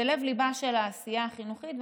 זה לב-ליבה של העשייה החינוכית.